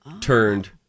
turned